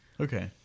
Okay